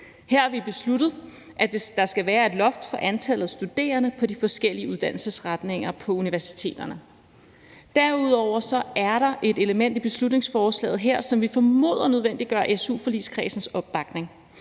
Her har vi besluttet, at der skal være et loft for antallet af studerende på de forskellige uddannelsesretninger på universiteterne. Derudover er der et element i beslutningsforslaget her, som vi formoder nødvendiggør su-forligskredsens opbakning.